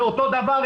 זה אותו דבר,